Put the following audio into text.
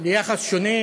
ליחס שונה,